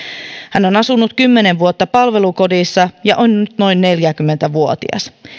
hän on asunut kymmenen vuotta palvelukodissa ja on nyt noin neljäkymmentä vuotias